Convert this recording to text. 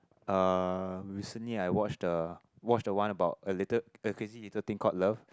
uh recently I watched the watched the one about a little a Crazy Little Thing Called Love